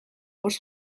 bost